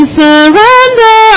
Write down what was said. surrender